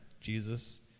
Jesus